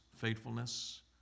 faithfulness